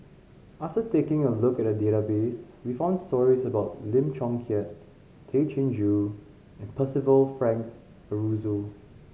after taking a look at the database we found stories about Lim Chong Keat Tay Chin Joo and Percival Frank Aroozoo